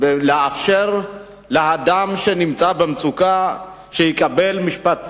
לאפשר לאדם שנמצא במצוקה לקבל משפט צדק,